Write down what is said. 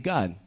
God